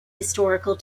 historical